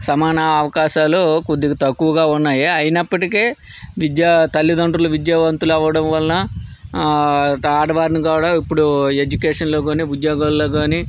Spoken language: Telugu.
సమాన అవకాశాలు కొద్దిగా తక్కువగా ఉన్నాయి అయినప్పటికీ విద్య తల్లిదండ్రులు విద్యావంతులవడం వలన ఆడవారిని కూడా ఇప్పుడు ఎడ్యుకేషన్లో కాని ఉద్యోగాల్లో కాని